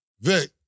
Vic